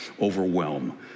overwhelm